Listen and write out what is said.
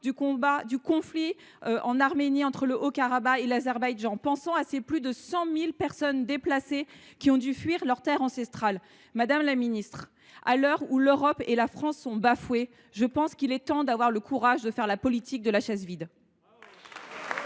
du conflit du Haut Karabagh entre l’Arménie et l’Azerbaïdjan. Pensons à ces plus de 100 000 personnes déplacées qui ont dû fuir leurs terres ancestrales. Madame la ministre, à l’heure où l’Europe et la France sont bafouées, je pense qu’il faut avoir le courage de faire la politique de la chaise vide.